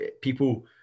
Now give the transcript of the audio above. people